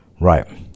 Right